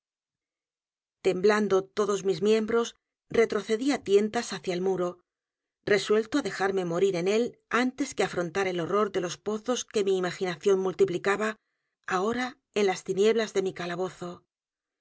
temblando todos mis miembros retrocedí á tientas hacia el m u r o resuelto á dejarme morir en él antes que afrontar el horror de los pozos que mi imaginación multiplicaba ahora en las tinieblas de mi calabozo